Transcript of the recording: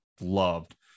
loved